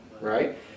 right